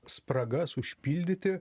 spragas užpildyti